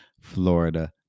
Florida